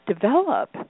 develop